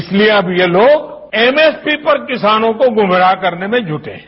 इसलिए अब ये लोग एमएसपी पर किसानों को गुमराह करने में जुटे हैं